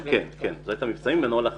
כן, זה היה מבצע ממוקד על פי נוהל חדש.